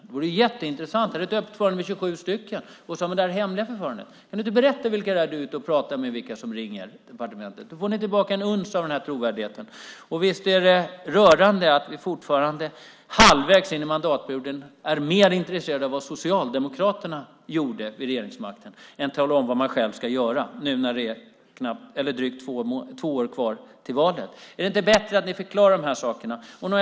Det vore jätteintressant att få veta. Är det ett öppet förfarande med 27 personer, eller är det ett hemligt förfarande? Kan du inte berätta vilka det är som du är ute och pratar med och vilka som ringer till departementet? Då får ni tillbaka ett uns av trovärdigheten. Visst är det rörande att ni fortfarande, halvvägs in i mandatperioden, är mer intresserade av vad Socialdemokraterna gjorde i regeringsställning än att tala om vad ni själva ska göra, nu när det är drygt två år kvar till valet. Är det inte bättre att ni förklarar de här sakerna?